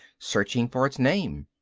searching for its name.